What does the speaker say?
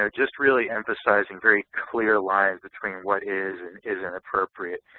so just really emphasizing very clear lines between what is and isn't appropriate.